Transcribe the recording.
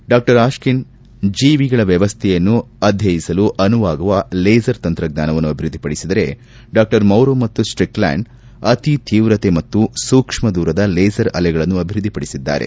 doctor ಆಕ್ಷೆನ್ ಜೀವಿಗಳ ವ್ಯವಸ್ಥೆಯನ್ನು ಅಧ್ಯಯನಸಲು ಅನುವಾಗುವ ಲೇಸರ್ ತಂತ್ರಜ್ಟಾನವನ್ನು ಅಭಿವೃದ್ದಿಪಡಿಸಿದರೆ ಡಾಕ್ಸರ್ ಮೌರೋ ಮತ್ತು ಸ್ಲಿಕ್ಲ್ಯಾಂಡ್ ಅತೀ ತೀವ್ರತೆ ಮತ್ತು ಸೂಕ್ಷ್ನ ದೂರದ ಲೇಸರ್ ಅಲೆಗಳನ್ನು ಅಭಿವೃದ್ದಿಪಡಿಸಿದ್ದಾರೆ